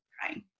crying